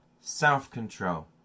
self-control